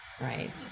right